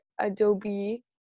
Adobe